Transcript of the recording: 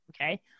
Okay